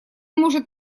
может